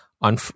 on